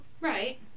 right